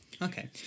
Okay